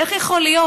איך יכול להיות?